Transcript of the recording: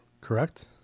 correct